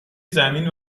زمین